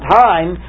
time